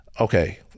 okay